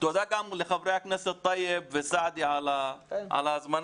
תודה גם לחברי הכנסת טייב וסעדי על ההזמנה.